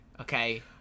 okay